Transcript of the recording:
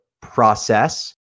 process